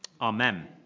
Amen